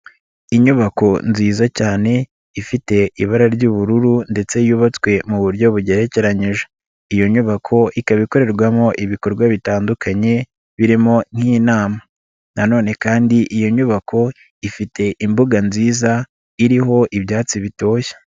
Inyubako nziza cyane ifite ibara ry'ubururu ndetse yubatswe mu buryo bugerekeyije, iyo nyubako ikaba ikorerwamo ibikorwa bitandukanye birimo nk'inama nanone kandi iyo nyubako ifite imbuga nziza iriho ibyatsi bitoshye.